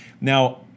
Now